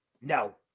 No